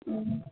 ம்